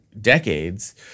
decades